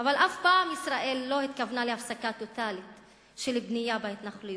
אבל אף פעם ישראל לא התכוונה להפסקה טוטלית של בנייה בהתנחלויות.